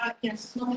Yes